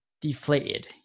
deflated